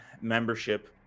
membership